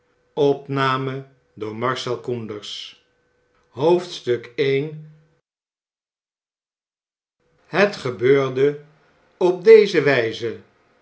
het gebeurde op deze wgze